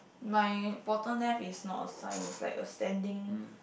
my bottom left is not a sign is like a standing